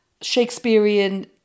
Shakespearean